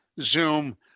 Zoom